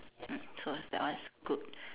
mm so that one is good